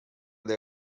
they